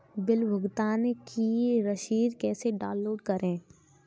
Bill भुगतान की रसीद कैसे डाउनलोड करें?